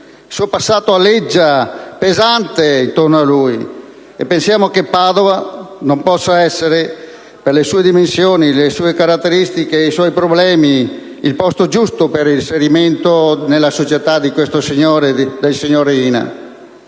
Il suo passato aleggia pesante attorno a lui, e pensiamo che Padova non possa essere, per le sue dimensioni, le sue caratteristiche e i suoi problemi, il posto giusto per l'inserimento nella società del signor Riina. Signor